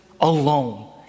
alone